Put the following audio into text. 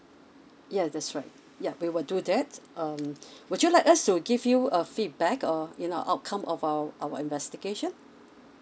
ya that's right ya we will do that um would you like us to give you a feedback or you know outcome of our our investigation